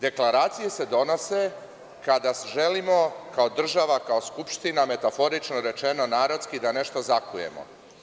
Deklaracije se donose kada želimo, kao država, kao Skupština, metaforično rečeno, narodski, da nešto zakujemo.